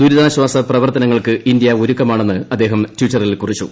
ദുരിതാശ്വാസ പ്രവർത്തനങ്ങൾക്ക് ഇന്ത്യ ഒരുക്കമാണെന്ന് അദ്ദേഹം ട്വിറ്ററിൽ കുറിച്ചു